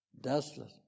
desolate